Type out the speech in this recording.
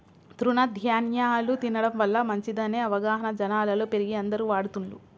తృణ ధ్యాన్యాలు తినడం వల్ల మంచిదనే అవగాహన జనాలలో పెరిగి అందరు వాడుతున్లు